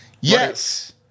Yes